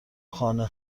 خانه